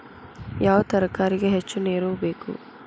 ಯಾವ ತರಕಾರಿಗೆ ಹೆಚ್ಚು ನೇರು ಬೇಕು?